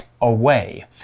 away